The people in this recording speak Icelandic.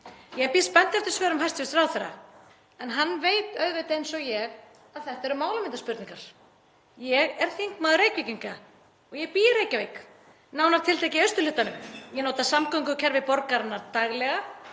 Ég bíð spennt eftir svörum hæstv. ráðherra en hann veit auðvitað eins og ég að þetta eru málamyndaspurningar. Ég er þingmaður Reykvíkinga og ég bý í Reykjavík, nánar tiltekið austurhlutanum. Ég nota samgöngukerfi borgarinnar daglega.